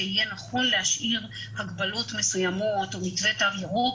שיהיה נכון להשאיר הגבלות מסוימות או מתווה תו ירוק,